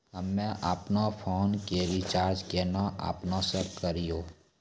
हम्मे आपनौ फोन के रीचार्ज केना आपनौ से करवै?